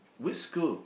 which school